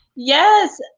yes.